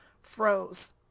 froze